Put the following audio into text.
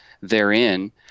therein